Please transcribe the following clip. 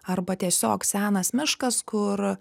arba tiesiog senas miškas kur